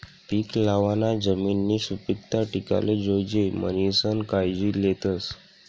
पीक लावाना जमिननी सुपीकता टिकाले जोयजे म्हणीसन कायजी लेतस